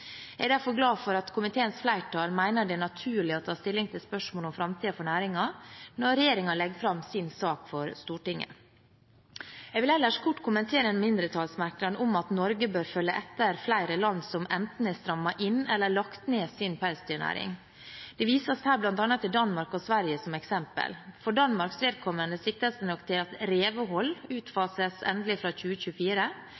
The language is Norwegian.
Jeg er derfor glad for at komiteens flertall mener det er naturlig å ta stilling til spørsmålet om framtiden for næringen når regjeringen legger fram sin sak for Stortinget. Jeg vil ellers kort kommentere en mindretallsmerknad om at Norge bør følge etter flere land som «enten har strammet inn eller lagt ned sin pelsdyrnæring». Det vises her til bl.a. Danmark og Sverige som eksempler. For Danmarks vedkommende siktes det nok til at revehold utfases endelig fra 2024,